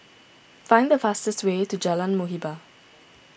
find the fastest way to Jalan Muhibbah